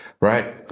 right